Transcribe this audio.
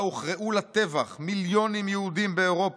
בה הוכרעו לטבח מיליונים יהודים באירופה,